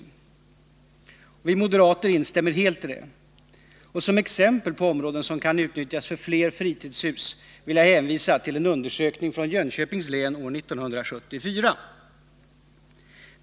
Vi moderater instämmer helt i detta. Som exempel på områden som kan utnyttjas för fler fritidshus vill jag hänvisa till en undersökning från Jönköpings län år 1974.